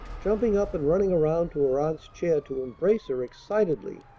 jumping up and running around to her aunt's chair to embrace her excitedly.